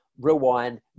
rewind